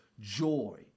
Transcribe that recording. Joy